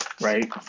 right